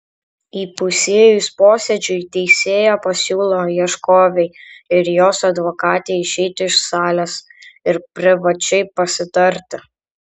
įpusėjus posėdžiui teisėja pasiūlo ieškovei ir jos advokatei išeiti iš salės ir privačiai pasitarti